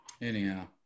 anyhow